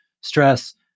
stress